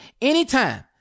anytime